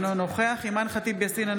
אינו נוכח אימאן ח'טיב יאסין,